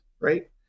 right